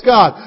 God